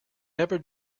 never